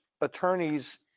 attorneys